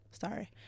Sorry